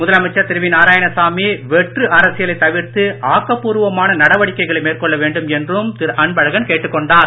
முதலமைச்சர் திரு நாராயணசாமி வெற்று அரசியலை தவிர்த்து ஆக்கப்பூர்வமான நடவடிக்கைகளை மேற்கொள்ள வேண்டும் என்றும் திரு அன்பழகன் கேட்டுக் கொண்டார்